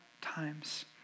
times